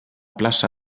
plaça